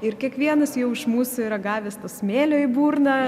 ir kiekvienas jau iš mūsų yra gavęs to smėlio į burną